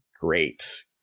great